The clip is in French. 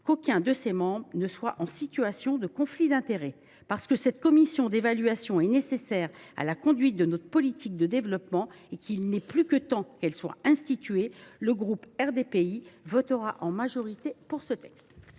qu’aucun de ses membres ne soit en situation de conflit d’intérêts. Parce que cette commission d’évaluation est nécessaire à la conduite de notre politique d’aide au développement et qu’il est plus que temps qu’elle soit instituée, le groupe RDPI votera en majorité pour ce texte.